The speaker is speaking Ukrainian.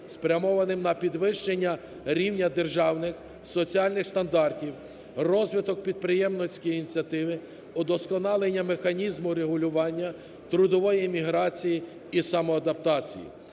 спрямованим на підвищення рівня державних соціальних стандартів, розвиток підприємницької ініціативи, удосконалення механізму регулювання трудової еміграції і самоадаптації.